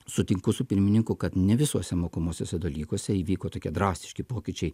sutinku su pirmininku kad ne visuose mokomuosiuose dalykuose įvyko tokie drastiški pokyčiai